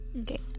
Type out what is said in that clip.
Okay